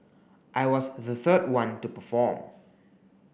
I was the third one to perform